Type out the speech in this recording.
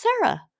Sarah